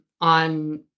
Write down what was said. on